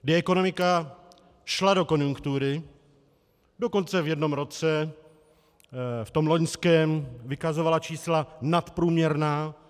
Kdy ekonomika šla do konjunktury, dokonce v jednom roce, v tom loňském vykazovala čísla nadprůměrná.